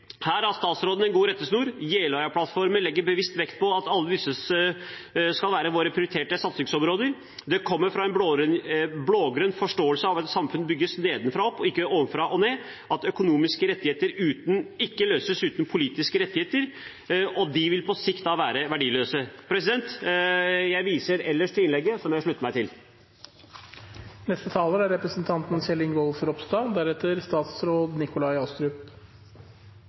Her har statsråden en god rettesnor. Jeløya-plattformen legger bevisst vekt på at alle disse skal være våre prioriterte satsingsområder. Det kommer fra en blå-grønn forståelse av at samfunn bygges nedenfra og opp og ikke ovenfra og ned, og at økonomiske rettigheter uten politiske rettigheter på sikt vil være verdiløse. Jeg viser ellers til innlegget, som jeg slutter meg til.